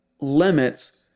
limits